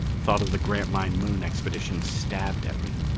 thought of the grantline moon expedition stabbed at me.